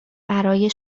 برای